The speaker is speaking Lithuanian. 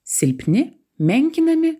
silpni menkinami